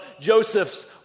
Joseph's